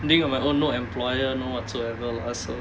doing on my own no employer no whatsoever lah so